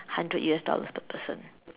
hundred U_S dollars per person